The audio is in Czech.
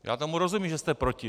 Já tomu rozumím, že jste proti.